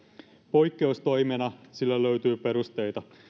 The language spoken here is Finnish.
poikkeustoimena sille löytyy perusteita